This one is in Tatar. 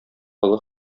олы